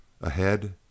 Ahead